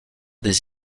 des